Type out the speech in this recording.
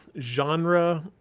genre